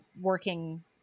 working